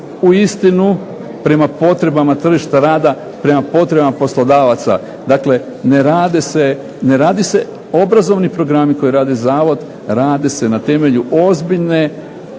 uistinu prema potrebama tržišta rada, prema potrebama poslodavaca. Ne rade se obrazovni programi koje radi Zavod, radi se na temelju ozbiljne